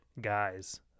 guys